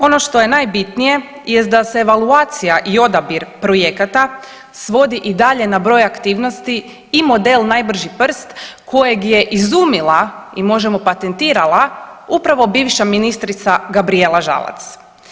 Ono što je najbitnije jest da se evaluacija i odabir projekata svodi i dalje na broj aktivnosti i model najbrži prst kojeg je izumila i možemo patentirala upravo bivša ministrica Gabrijela Žalac.